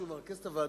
שמרכז את הוועדה,